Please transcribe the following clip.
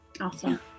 Awesome